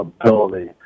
ability –